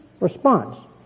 response